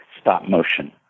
stop-motion